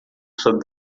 sob